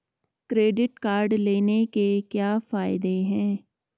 Credit card लेने के क्या फायदे हैं?